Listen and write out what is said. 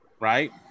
right